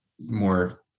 more